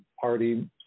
Party